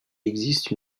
existe